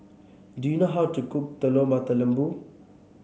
do you know how to cook Telur Mata Lembu